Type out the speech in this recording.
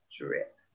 drip